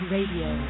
Radio